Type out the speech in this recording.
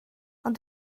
ond